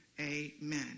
amen